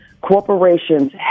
Corporations